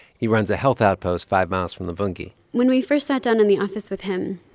he runs a health outpost five miles from luvungi when we first sat down in the office with him,